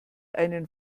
einen